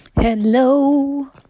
Hello